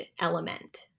element